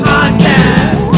Podcast